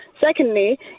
secondly